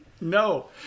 No